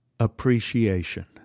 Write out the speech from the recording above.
appreciation